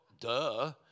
duh